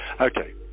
Okay